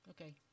okay